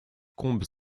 combes